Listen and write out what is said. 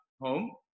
home